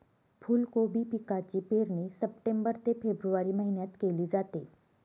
फुलकोबी पिकाची पेरणी सप्टेंबर ते फेब्रुवारी महिन्यात केली जाते